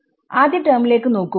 ആദ്യ ടെർമിലേക്ക് നോക്കുക